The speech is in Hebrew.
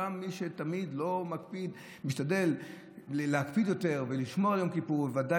גם מי שלא תמיד מקפיד משתדל להקפיד יותר ולשמור על יום כיפור ובוודאי